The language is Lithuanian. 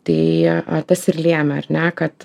tai tas ir lemė ar ne kad